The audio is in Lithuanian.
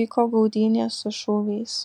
vyko gaudynės su šūviais